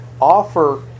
offer